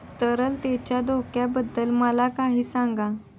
तरलतेच्या धोक्याबद्दल मला काही सांगा